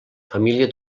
família